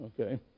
Okay